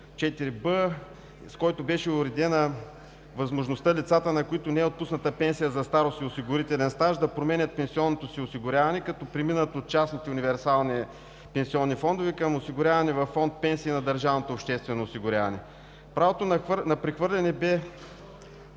4б, с който беше уредена възможността лицата, на които не е отпусната пенсия за старост и осигурителен стаж, да променят пенсионното си осигуряване, като преминат от частните универсални пенсионни фондове към осигуряване във фонд „Пенсии“ на държавното обществено осигуряване. Правото на прехвърляне беше